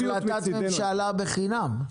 החלטת ממשלה בחינם.